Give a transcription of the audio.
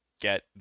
get